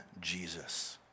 Jesus